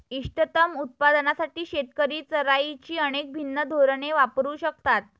इष्टतम उत्पादनासाठी शेतकरी चराईची अनेक भिन्न धोरणे वापरू शकतात